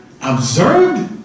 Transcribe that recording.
observed